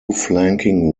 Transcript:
flanking